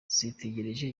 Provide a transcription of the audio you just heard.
zitegereje